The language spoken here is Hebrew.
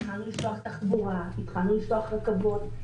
התחלנו לפתוח תחבורה, התחלנו לפתוח רכבות.